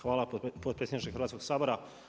Hvala potpredsjedniče Hrvatskog sabora.